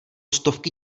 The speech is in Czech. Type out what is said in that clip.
stovky